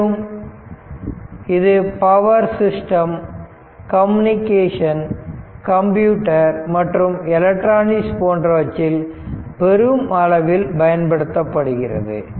மேலும் இது power system communication computer மற்றும் எலக்ட்ரானிக்ஸ் போன்றவற்றில் பெருமளவில் பயன்படுத்தப்படுகிறது